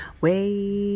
wait